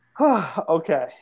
Okay